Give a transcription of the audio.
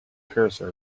cursor